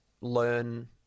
learn